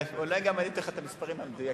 ואולי אני גם אתן לך את המספרים המדויקים.